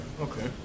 Okay